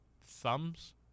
thumbs